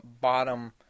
bottom